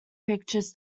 pictures